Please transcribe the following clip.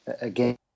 again